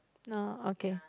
na okay